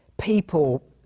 people